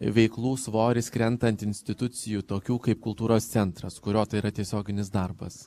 veiklų svoris krenta ant institucijų tokių kaip kultūros centras kurio tai yra tiesioginis darbas